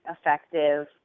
effective